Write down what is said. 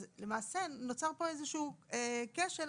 אז למעשה נוצר פה איזשהו כשל,